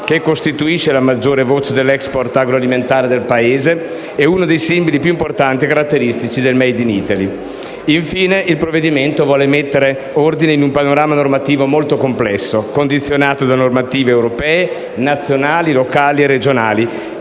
che costituisce la maggiore voce dell'*export* agroalimentare del Paese e uno dei simboli più importanti e caratteristici del *made in Italy*. Infine, il provvedimento intende mettere ordine in un panorama normativo molto complesso, condizionato da normative europee, nazionali, locali e regionali